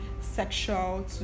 sexual